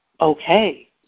okay